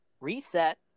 reset